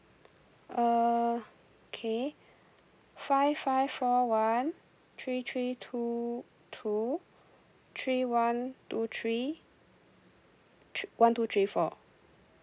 uh okay five five four one three three two two three one two three thr~ one two three four